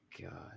God